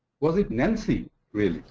was it nancy, really?